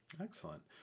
Excellent